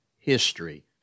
history